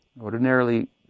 Ordinarily